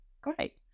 great